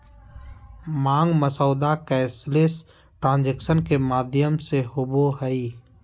मांग मसौदा cashless transaction के माध्यम होबो हइ